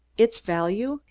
its value?